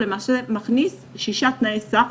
הוא למעשה מכניס שישה תנאי סף